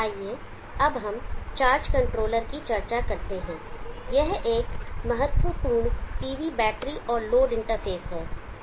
आइए अब हम चार्ज कंट्रोलर की चर्चा करते हैं यह एक महत्वपूर्ण PV बैटरी और लोड इंटरफेस है